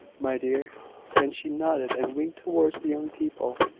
my dear and she nodded and winked towards the young people,